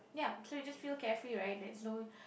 ya so you just feel carefree right there's no